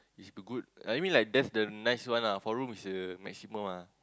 is good I mean like that's the nice one ah four room is the maximum ah